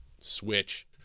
switch